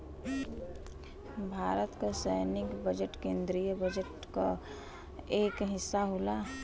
भारत क सैनिक बजट केन्द्रीय बजट क एक हिस्सा होला